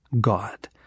God